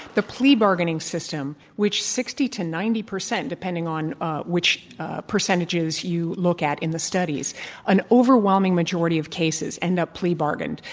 the plea bargaining system which, sixty to ninety percent, depending on which percentages you look at in the studies an overwhelming majority of cases end up plea bargained.